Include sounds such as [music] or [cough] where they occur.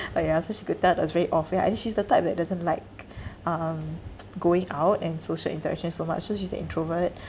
orh ya so she could tell that I was very off ya and then she's the type that doesn't like um [noise] going out and social interaction so much so she's an introvert